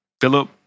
Philip